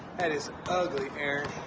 that is ugly, aaron.